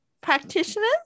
practitioners